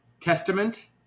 Testament